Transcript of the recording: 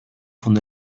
von